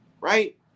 Right